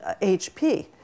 HP